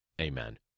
Amen